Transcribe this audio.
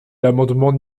l’amendement